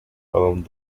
around